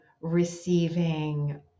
receiving